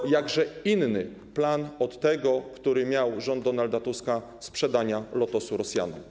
To jakże inny plan od tego, który miał rząd Donalda Tuska - sprzedania Lotosu Rosjanom.